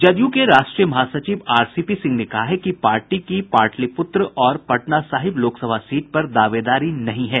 जदयू के राष्ट्रीय महासचिव आरसीपी सिंह ने कहा है कि पार्टी की पाटलिपुत्र और पटना साहिब लोकसभा सीट पर दावेदारी नहीं है